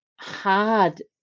hard